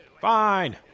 Fine